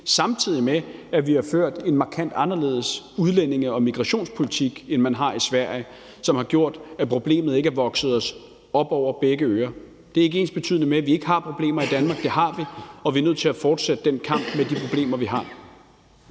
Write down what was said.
samtidig med at vi har ført en markant anderledes udlændinge- og migrationspolitik, end man har i Sverige. Det har gjort, at problemet ikke er vokset os op over begge ører. Det er ikke ensbetydende med, at vi ikke har problemer i Danmark. Det har vi, og vi er nødt til at fortsætte den kamp med de problemer, vi har.